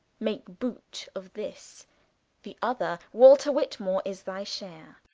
make boote of this the other walter whitmore is thy share